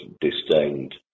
disdained